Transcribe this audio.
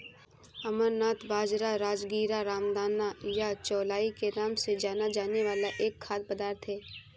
अमरनाथ बाजरा, राजगीरा, रामदाना या चौलाई के नाम से जाना जाने वाला एक खाद्य पदार्थ है